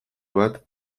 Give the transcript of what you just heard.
bat